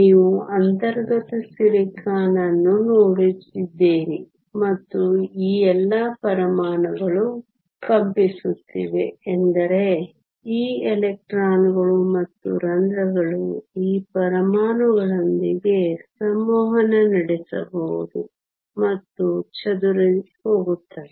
ನೀವು ಅಂತರ್ಗತ ಸಿಲಿಕಾನ್ ಅನ್ನು ನೋಡುತ್ತಿದ್ದರೆ ಮತ್ತು ಈ ಎಲ್ಲಾ ಪರಮಾಣುಗಳು ಕಂಪಿಸುತ್ತಿವೆ ಎಂದರೆ ಈ ಎಲೆಕ್ಟ್ರಾನ್ಗಳು ಮತ್ತು ರಂಧ್ರಗಳು ಈ ಪರಮಾಣುಗಳೊಂದಿಗೆ ಸಂವಹನ ನಡೆಸಬಹುದು ಮತ್ತು ಚದುರಿಹೋಗುತ್ತವೆ